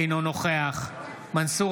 אינו נוכח מנסור